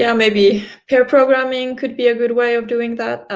yeah maybe peer-programming could be a good way of doing that,